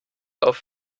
auf